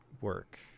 work